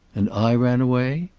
and i ran away?